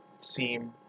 seem